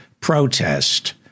protest